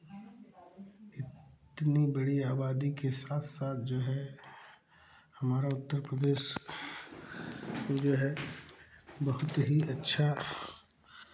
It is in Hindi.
इतनी बड़ी आबादी के साथ साथ जो है हमारा उत्तर प्रदेश जो है बहुत ही अच्छा